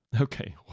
Okay